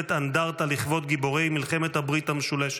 אנדרטה לכבוד גיבורי מלחמת הברית המשולשת,